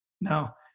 Now